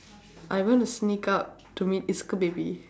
I want to sneak out to meet isco baby